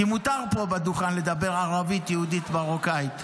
כי מותר פה בדוכן לדבר ערבית יהודית מרוקאית.